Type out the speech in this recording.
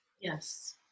Yes